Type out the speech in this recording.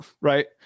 right